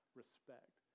respect